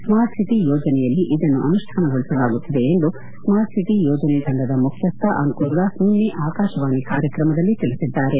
ಸ್ನಾರ್ಟ್ಸಿಟಿ ಯೋಜನೆಯಲ್ಲಿ ಇದನ್ನು ಅನುಷ್ಠಾನಗೊಳಿಸಲಾಗುತ್ತಿದೆ ಎಂದು ಸ್ನಾಟ್ಸಿಟಿ ಯೋಜನೆ ತಂಡದ ಮುಖ್ಯಸ್ಥ ಅಂಕುರ್ದಾಸ್ ನಿನ್ನೆ ಆಕಾಶವಾಣಿ ಕಾರ್ಯಕ್ರಮದಲ್ಲಿ ತಿಳಿಸಿದ್ದಾರೆ